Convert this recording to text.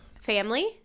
Family